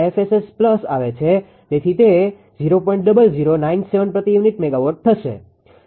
0097 પ્રતિ unit megawatt થશે